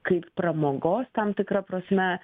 kaip pramogos tam tikra prasme